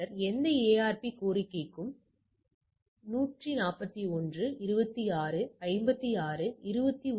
எதிர்பார்க்கப்பட்டவை என்பது உங்கள் கருத்துரு மதிப்பு